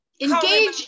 engage